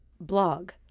blog